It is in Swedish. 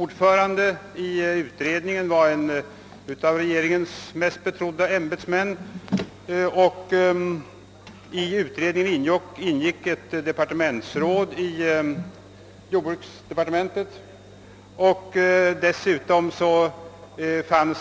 Ordförande i utredningen var en av regeringens mest betrodda ämbetsmän, och i utredningen ingick ett departementsråd i jordbruksdepartementet. Dessutom var